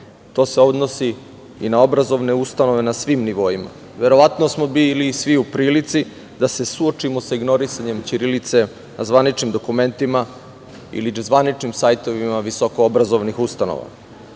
se odnosi i na obrazovne ustanove na svim nivoima. Verovatno smo bili svi u prilici da se suočimo sa ignorisanjem ćirilice na zvaničnim dokumentima ili zvaničnim sajtovima visokoobrazovnih ustanova.U